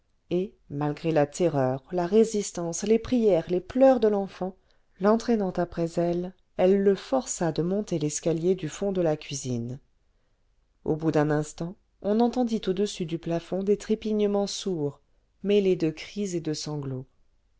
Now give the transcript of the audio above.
et malgré la terreur la résistance les prières les pleurs de l'enfant l'entraînant après elle elle le força de monter l'escalier du fond de la cuisine au bout d'un instant on entendit au-dessus du plafond des trépignements sourds mêlés de cris et de sanglots